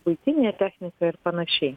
buitinė technika ir panašiai